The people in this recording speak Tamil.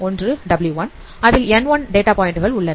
ஒன்று w1 அதில் N1 டேட்டா பாயிண்டுகள் உள்ளன